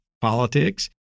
politics